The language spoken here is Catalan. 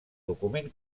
document